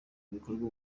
bikorwa